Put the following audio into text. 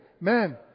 Man